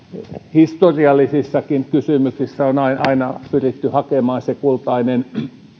historiallisissakin kysymyksissä on aina aina pyritty hakemaan se kultainen